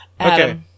Okay